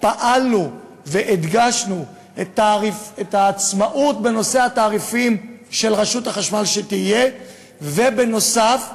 פעלנו והדגשנו את העצמאות שתהיה לרשות החשמל בנושא התעריפים,